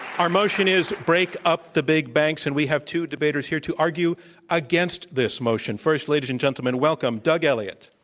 our motion is break up the big banks, and we have two debaters here to argue against this motion. first, ladies and gentlemen, welcome douglas elliott.